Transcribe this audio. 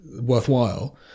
worthwhile